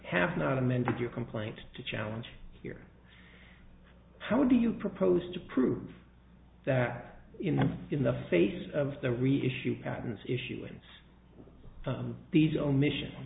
have not amended your complaint to challenge here how do you propose to prove that in the in the face of the real issue patents issuance these omission